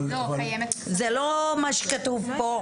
זה לא מה שכתוב פה.